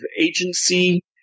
agency